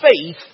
faith